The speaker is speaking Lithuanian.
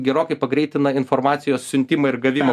gerokai pagreitina informacijos siuntimą ir gavimo